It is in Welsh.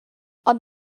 ond